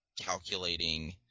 calculating